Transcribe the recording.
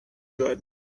good